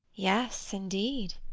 yes, indeed!